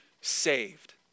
saved